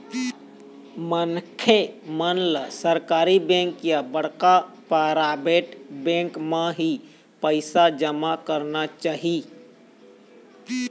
मनखे मन ल सरकारी बेंक या बड़का पराबेट बेंक म ही पइसा जमा करना चाही